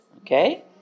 okay